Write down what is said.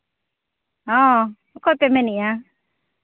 ᱦᱚᱸ ᱚᱠᱚᱭ ᱯᱮ ᱢᱮᱱᱮᱫᱼᱟ